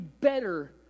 better